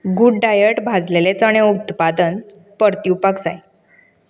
good diet भाजलेले चणें उत्पादन परतीवपाक जाय